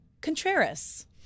Contreras